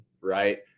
right